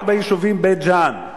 רק ביישובים בית-ג'ן,